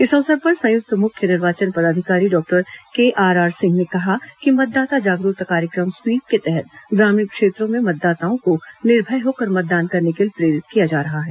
इस अवसर पर संयुक्त मुख्य निर्वाचन पदाधिकारी डॉक्टर केआरआर सिंह ने कहा कि मतदाता जागरूकता कार्यक्रम स्वीप के तहत ग्रामीण क्षेत्रों में मतदाताओं को निर्भय होकर मतदान करने के लिए प्रेरित किया जा रहा है